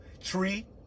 tree